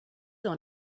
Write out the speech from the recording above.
dans